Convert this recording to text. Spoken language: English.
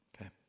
Okay